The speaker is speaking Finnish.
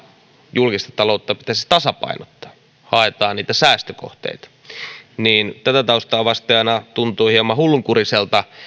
julkista taloutta pitäisi tasapainottaa haetaan niitä säästökohteita tätä taustaa vasten aina tuntuu hieman hullunkuriselta